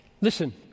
Listen